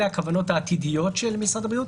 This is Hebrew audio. אלה הכוונות העתידיות של משרד הבריאות.